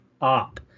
up